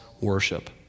worship